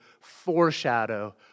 foreshadow